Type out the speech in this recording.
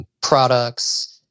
products